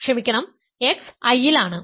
ക്ഷമിക്കണം x I ൽ ആണ്